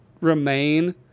remain